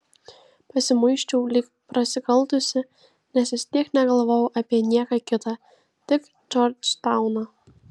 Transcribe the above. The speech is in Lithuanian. pasimuisčiau lyg prasikaltusi nes vis tiek negalvojau apie nieką kitą tik džordžtauną